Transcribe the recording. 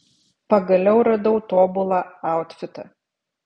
pagaliau radau tobulą autfitą